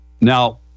Now